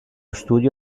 studio